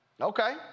Okay